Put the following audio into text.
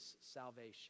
salvation